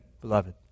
beloved